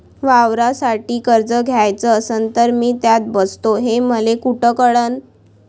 वावरासाठी कर्ज घ्याचं असन तर मी त्यात बसतो हे मले कुठ कळन?